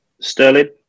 Sterling